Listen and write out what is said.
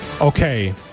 Okay